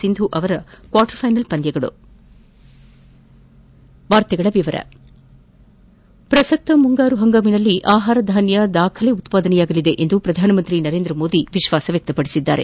ಸಿಂಧು ಅವರ quarter final ಪಂದ್ಯಗಳು ಪ್ರಸಕ್ತ ಮುಂಗಾರು ಹಂಗಾಮಿನಲ್ಲಿ ಆಹಾರಧಾನ್ಯ ದಾಖಲೆ ಉತ್ಪಾದನೆಯಾಗಲಿದೆ ಎಂದು ಪ್ರಧಾನಮಂತ್ರಿ ನರೇಂದ್ರ ಮೋದಿ ವಿಶ್ಲಾಸ ವ್ಯಕ್ತಪಡಿಸಿದ್ದಾರೆ